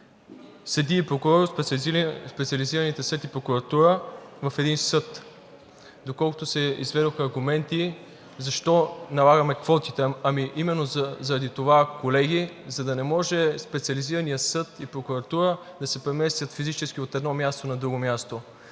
и прокурори от специализираните съд и прокуратура в един съд, доколкото се изведоха аргументи защо налагаме квоти там. Именно заради това, колеги, за да не може Специализираният съд и прокуратура да се преместят физически от едно място на друго място.